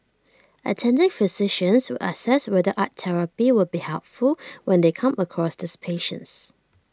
attending physicians will assess whether art therapy will be helpful when they come across these patients